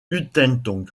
huntington